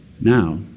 Now